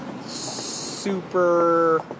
super